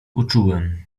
uczułem